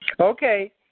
Okay